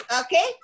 Okay